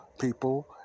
people